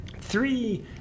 Three